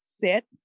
sit